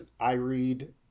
IREAD